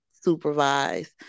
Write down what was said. supervise